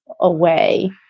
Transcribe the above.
away